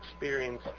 experience